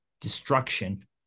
destruction